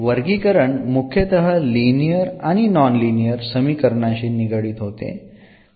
वर्गीकरण मुख्यतः लिनियर आणि नॉन लिनियर समीकरणांशी निगडित होते